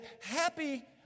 happy